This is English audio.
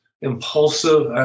impulsive